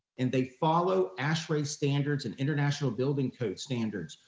and they follow ashrae standards and international building code standards,